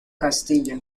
castilla